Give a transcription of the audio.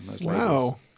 wow